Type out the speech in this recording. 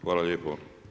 Hvala lijepo.